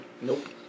Nope